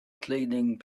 cleaning